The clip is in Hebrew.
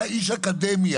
אתה איש אקדמיה.